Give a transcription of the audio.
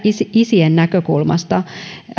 isien näkökulmasta